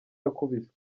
yakubiswe